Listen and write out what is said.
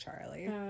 Charlie